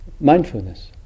mindfulness